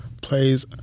plays